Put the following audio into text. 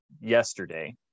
yesterday